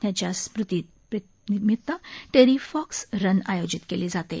त्यांच्या स्मृतीनिमित्त Terry Fox run आयोजित केली जाते